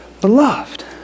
beloved